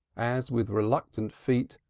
as with reluctant feet,